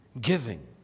giving